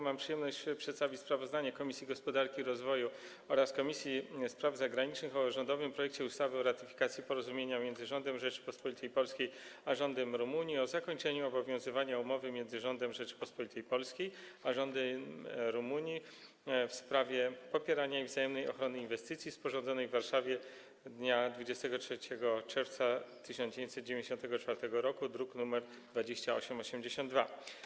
Mam przyjemność przedstawić sprawozdanie Komisji Gospodarki i Rozwoju oraz Komisji Spraw Zagranicznych o rządowym projekcie ustawy o ratyfikacji Porozumienia między Rządem Rzeczypospolitej Polskiej a Rządem Rumunii o zakończeniu obowiązywania Umowy między Rządem Rzeczypospolitej Polskiej a Rządem Rumunii w sprawie popierania i wzajemnej ochrony inwestycji, sporządzonej w Warszawie dnia 23 czerwca 1994 r., druk nr 2882.